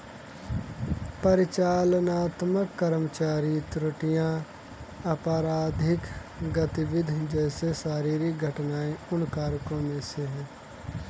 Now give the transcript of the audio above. परिचालनात्मक कर्मचारी त्रुटियां, आपराधिक गतिविधि जैसे शारीरिक घटनाएं उन कारकों में से है